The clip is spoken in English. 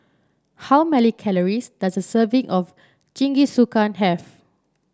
how many calories does a serving of Jingisukan have